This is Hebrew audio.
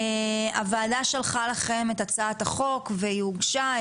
הוועדה שלחה לכם את הצעת החוק והיא הוגשה,